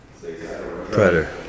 Predator